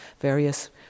various